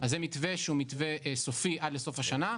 אז זה מתווה שהוא סופי עד לסוף השנה,